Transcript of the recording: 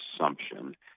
assumption